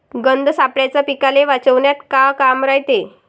गंध सापळ्याचं पीकाले वाचवन्यात का काम रायते?